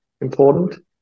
important